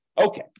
Okay